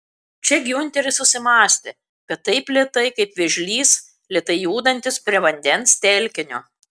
čia giunteris susimąstė bet taip lėtai kaip vėžlys lėtai judantis prie vandens telkinio